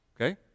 Okay